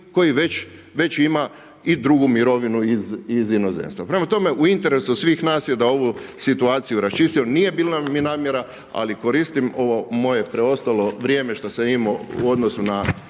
koji već ima i drugu mirovinu iz inozemstva. Prema tome, u interesu svih nas je da ovu situaciju rasčistimo. Nije bila mi namjera, ali koristim ovo moje preostalo vrijeme što sam imao u odnosu na